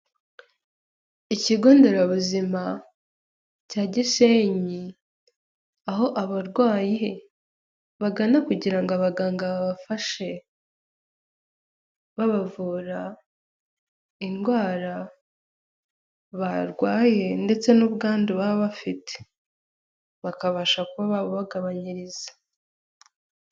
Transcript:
Ikigo nderabuzima cya gisenyi aho abarwayi bagana, kugira ngo abaganga babafashe babavura indwara barwaye, ndetse n'ubwandu baba bafite bakabasha kuba bagabanyiriza.